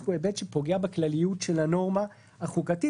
יש בו היבט שפוגע בכלליות של הנורמה החוקתית,